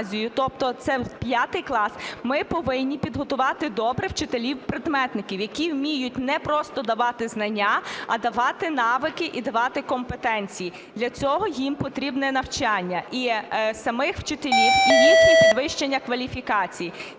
тобто це в 5 клас, ми повинні підготувати добре вчителів-предметників, які вміють не просто давати знання, а давати навики і давати компетенції. Для цього їм потрібне навчання, і самих вчителів, і їхнє підвищення кваліфікації.